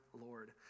Lord